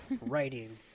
writing